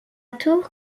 tour